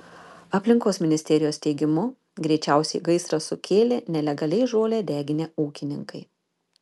aplinkos ministerijos teigimu greičiausiai gaisrą sukėlė nelegaliai žolę deginę ūkininkai